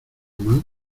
más